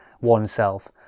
oneself